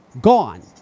Gone